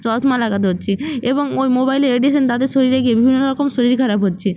চশমা লাগাতে হচ্ছে এবং ওই মোবাইলের রেডিয়েশন তাদের শরীরে গিয়ে বিভিন্ন রকম শরীর খারাপ হচ্ছে